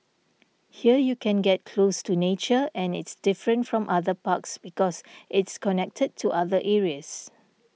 here you can get close to nature and it's different from other parks because it's connected to other areas